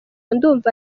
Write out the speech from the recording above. ndumva